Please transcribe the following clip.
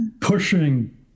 pushing